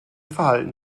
verhalten